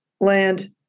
land